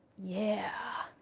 yeah.